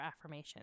affirmation